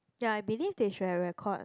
ya I believe they should have record